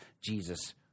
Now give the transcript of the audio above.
Jesus